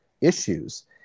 issues